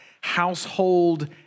household